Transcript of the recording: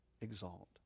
exalt